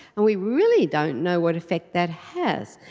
and we really don't know what effect that has,